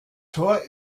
tor